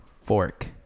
Fork